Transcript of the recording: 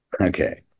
Okay